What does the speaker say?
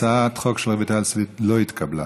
הצעת החוק של רויטל סויד לא התקבלה.